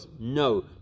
no